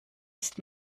ist